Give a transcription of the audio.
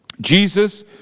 Jesus